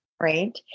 right